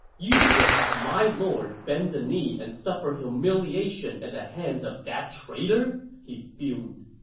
you would have my lord bend the knee and suffer humiliation at the hands of that traitor! he fumed